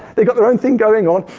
they got their own thing going on.